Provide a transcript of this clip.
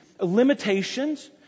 limitations